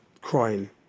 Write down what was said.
crying